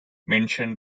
mentioned